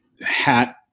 hat